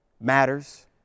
matters